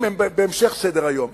הם בהמשך סדר-היום.